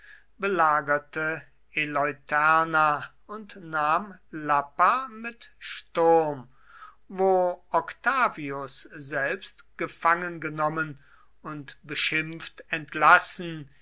belagerte eleutherna und nahm lappa mit sturm wo octavius selbst gefangengenommen und beschimpft entlassen